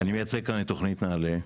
אני מייצג כאן את תוכנית נעל"ה.